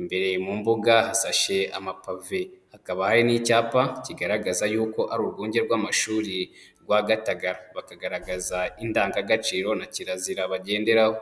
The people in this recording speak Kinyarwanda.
imbere mu mbuga hasashe amapave, hakaba hari n'icyapa kigaragaza yuko ari urwunge rw'amashuri rwa Gatagara. Bakagaragaza indangagaciro na kirazira bagenderaho.